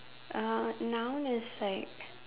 uh noun is like